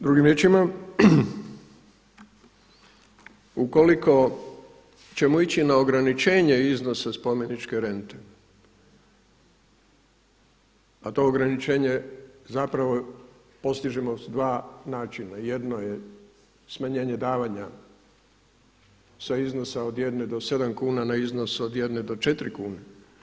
Drugim riječima, ukoliko ćemo ići na ograničenje iznosa spomeničke rente a to ograničenje zapravo postižemo sa dva načina, jedno je smanjenje davanja sa iznosa od 1 do 7 kuna na iznos od 1 do 4 kune.